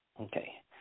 Okay